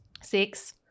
Six